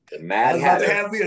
mad